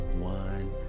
one